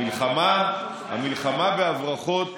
המלחמה בהברחות